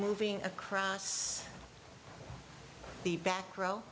moving across the back row